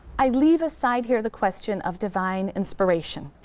i leave aside here the question of divine inspiration,